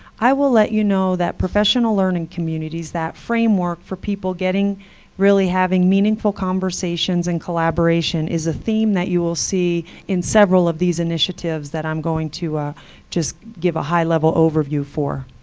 i will let you know that professional learning communities, that framework for people really having meaningful conversations and collaboration, is a theme that you will see in several of these initiatives that i'm going to just give a high-level overview for.